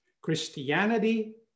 Christianity